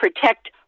protect